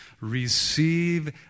receive